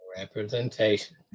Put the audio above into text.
Representation